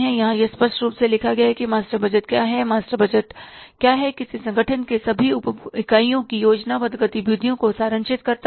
यहां यह स्पष्ट रूप से लिखा गया है कि मास्टर बजट क्या है मास्टर बजट क्या है किसी संगठन के सभी उपइकाइयों की योजनाबद्ध गतिविधियों को सारांशित करता है